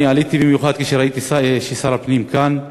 אני עליתי במיוחד כשראיתי ששר הפנים כאן,